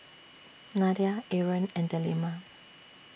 Nadia Aaron and Delima